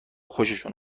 خوششون